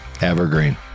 Evergreen